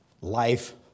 life